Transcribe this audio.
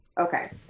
Okay